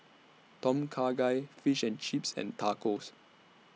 Tom Kha Gai Fish and Chips and Tacos